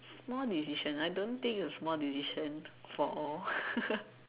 small decision I don't think it's a small decision for all